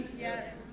Yes